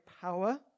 power